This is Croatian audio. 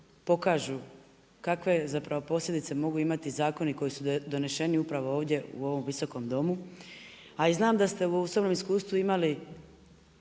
pokažu kakve posljedice mogu imati zakoni koji su doneseni upravo ovdje u ovom visokom Domu. A i znam da ste u svom iskustvu imali